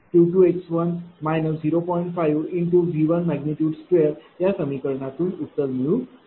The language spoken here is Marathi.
5। V1।2या समीकरणातून उत्तर मिळवू शकता